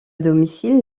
domicile